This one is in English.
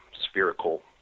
spherical